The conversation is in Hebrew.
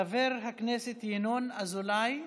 חבר הכנסת ינון אזולאי,